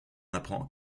apprend